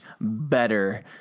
better